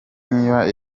niba